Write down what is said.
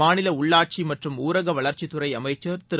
மாநில உள்ளாட்சி மற்றும் ஊரக வளா்ச்சித்துறை அமைச்சர் திரு